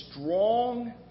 strong